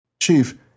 Chief